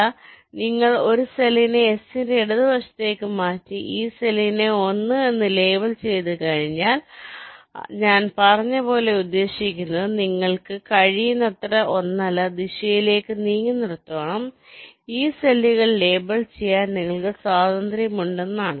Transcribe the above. അതിനാൽ നിങ്ങൾ ഒരു സെല്ലിനെ S ന്റെ ഇടതുവശത്തേക്ക് മാറ്റി ഈ സെല്ലിനെ 1 എന്ന് ലേബൽ ചെയ്തുകഴിഞ്ഞാൽ ഞാൻ പറഞ്ഞതുപോലെ ഉദ്ദേശിക്കുന്നത് നിങ്ങൾക്ക് കഴിയുന്നത്ര ഒന്നല്ല ദിശയിലേക്ക് നീങ്ങുന്നിടത്തോളം ഈ സെല്ലുകൾ ലേബൽ ചെയ്യാൻ നിങ്ങൾക്ക് സ്വാതന്ത്ര്യമുണ്ടെന്നാണ്